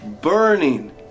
burning